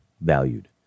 valued